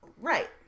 Right